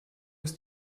ist